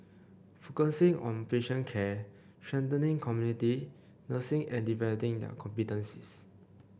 focusing on patient care strengthening community nursing and developing their competencies